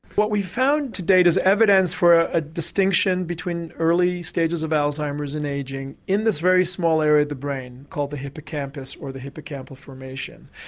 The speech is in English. what we found to date is evidence for a distinction between early stages of alzheimer's and ageing in this very small area of the brain called the hippocampus or the hippocampal formation.